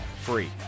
free